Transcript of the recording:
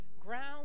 Ground